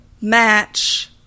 match